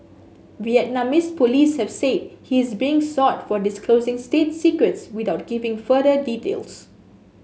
Vietnamese police have said he is being sought for disclosing state secrets without giving further details